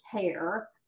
care